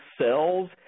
cells